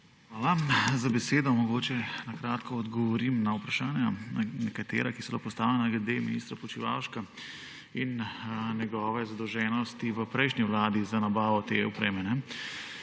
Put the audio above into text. Hvala za besedo. Mogoče na kratko odgovorim na vprašanja, na nekatera, ki so bila postavljena glede ministra Počivalška in njegove zadolžitve v prejšnji vladi za nabavo te opreme.